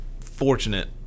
fortunate